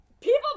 people